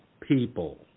people